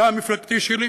מטעם מפלגתי שלי,